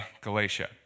Galatia